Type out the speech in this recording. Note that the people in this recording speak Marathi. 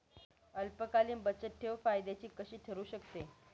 अल्पकालीन बचतठेव फायद्याची कशी ठरु शकते?